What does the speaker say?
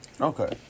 Okay